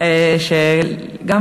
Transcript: ואת צוות הוועדה על העזרה,